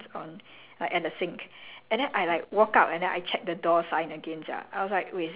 and then I walk in right I saw this person washing like washing their hands on like at the sink